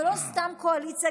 ולא סתם קואליציה,